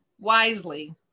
wisely